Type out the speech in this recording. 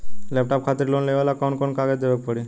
Laptop खातिर loan लेवे ला कौन कौन कागज देवे के पड़ी?